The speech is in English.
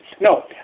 No